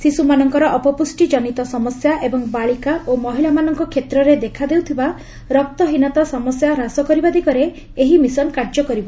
ଶିଶୁମାନଙ୍କର ଅପପୁଷ୍ଟି ଜନିତ ସମସ୍ୟା ଏବଂ ବାଳିକା ଓ ମହିଳାମାନଙ୍କ କ୍ଷେତ୍ରରେ ଦେଖା ଦେଉଥିବା ରକ୍ତହୀନତା ସମସ୍ୟା ହ୍ରାସ କରିବା ଦିଗରେ ଏହି ମିଶନ କାର୍ଯ୍ୟ କରିବ